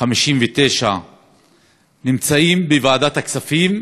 59 נמצאות בוועדת הכספים,